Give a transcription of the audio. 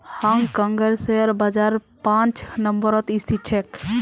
हांग कांगेर शेयर बाजार पांच नम्बरत स्थित छेक